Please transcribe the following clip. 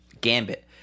Gambit